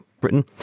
Britain